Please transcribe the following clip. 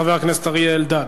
חבר הכנסת אריה אלדד.